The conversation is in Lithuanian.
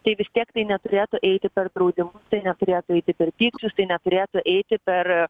tai vis tiek neturėtų eiti per draudimą tai neturėtų eiti per pykčius tai neturėtų eiti per